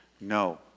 No